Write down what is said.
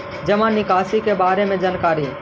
जामा निकासी के बारे में जानकारी?